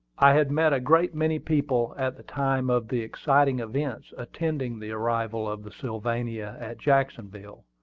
i had met a great many people at the time of the exciting events attending the arrival of the sylvania at jacksonville.